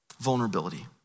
vulnerability